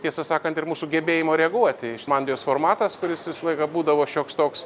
tiesą sakant ir mūsų gebėjimo reaguoti mandijos formatas kuris visą laiką būdavo šioks toks